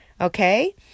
okay